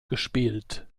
gespielt